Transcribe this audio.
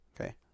Okay